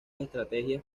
estrategias